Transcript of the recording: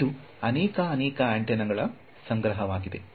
ಇದು ಅನೇಕ ಅನೇಕ ಆಂಟೆನಾಗಳ ಸಂಗ್ರಹವಾಗಿದೆ